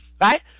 Right